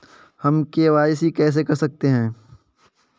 हम के.वाई.सी कैसे कर सकते हैं?